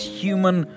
human